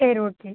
சரி ஓகே